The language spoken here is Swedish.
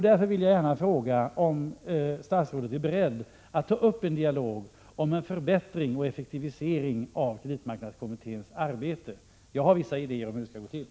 Därför vill jag gärna fråga om statsrådet är beredd att ta upp en dialog om en förbättring och effektivisering av kreditmarknadskommitténs arbete. Jag har vissa idéer om hur det skall gå till.